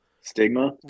stigma